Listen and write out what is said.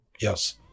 yes